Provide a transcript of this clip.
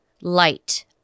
light